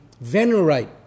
venerate